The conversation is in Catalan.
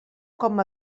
com